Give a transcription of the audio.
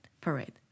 parade